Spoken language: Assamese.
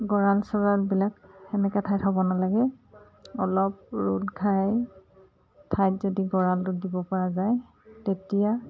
গঁৰাল চৰালবিলাক সেনেকে ঠাইত থ'ব নালাগে অলপ ৰ'দ ঘাই ঠাইত যদি গঁৰালটোত দিব পৰা যায় তেতিয়া